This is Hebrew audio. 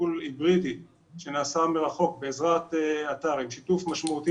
טיפול היברידי שנעשה מרחוק בעזרת אתר עם שיתוף משמעותי